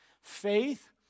Faith